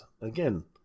again